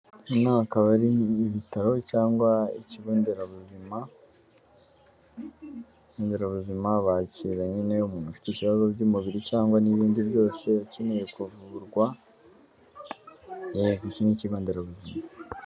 Nk'aha akaba ari ibitaro cyangwa ikigo nderabuzima, ikigo nderabuzima bakira nyine umuntu ufite ibibazo by'umubiri, cyangwa n'ibindi byose ukeneye kuvurwa, iki ni ikigo nderabuzima.